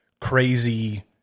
crazy